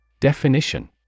Definition